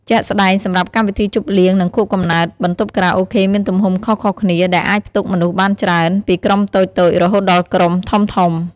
ជាក់ស្ដែង សម្រាប់កម្មវិធីជប់លៀង និងខួបកំណើត បន្ទប់ខារ៉ាអូខេមានទំហំខុសៗគ្នា ដែលអាចផ្ទុកមនុស្សបានច្រើន ពីក្រុមតូចៗរហូតដល់ក្រុមធំៗ។